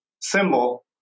symbol